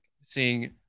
seeing